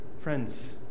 Friends